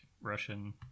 Russian